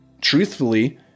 truthfully